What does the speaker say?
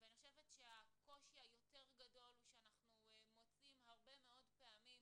ואני חושבת שהקושי היותר גדול הוא שאנחנו מוצאים הרבה מאוד פעמים